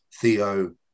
Theo